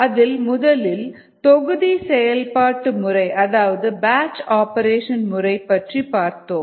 அதில் முதலில் தொகுதி செயல்பாட்டு முறை அதாவது பேட்ச் ஆப்பரேஷன் முறை பற்றி பார்த்தோம்